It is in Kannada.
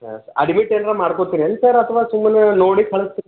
ಹಾಂ ಸರ್ ಅಡ್ಮಿಟ್ ಏನಾರೂ ಮಾಡ್ಕೋತೀರ ಏನು ಸರ್ ಅಥವಾ ಸುಮ್ಮನೆ ನೋಡಿ ಕಳಿಸ್ತೀರ